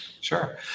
Sure